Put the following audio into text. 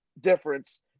difference